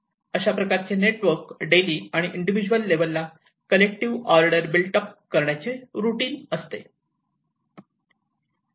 अशाप्रकारे नेटवर्क चे डेली आणि इंडिव्हिज्यूवल लेवलला कलेक्टिव्ह ऑर्डर बिल्ट अप करण्याचे रूटीन असते